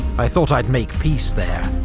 i thought i'd make peace there.